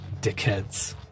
dickheads